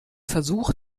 versuch